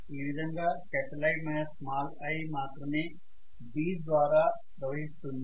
ఈ విధంగా I i మాత్రమే B ద్వారా ప్రవహిస్తుంది